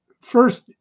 first